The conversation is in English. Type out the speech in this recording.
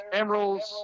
emeralds